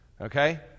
Okay